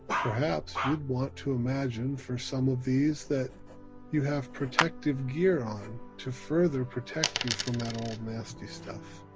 perhaps you want to imagine for some of these that you have protective gear on to further protect you from that old, nasty stuff.